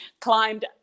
climbed